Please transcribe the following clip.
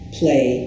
play